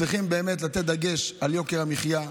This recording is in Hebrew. צריכים לתת דגש באמת על יוקר המחיה,